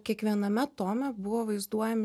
kiekviename tome buvo vaizduojami